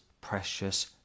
precious